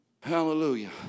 Hallelujah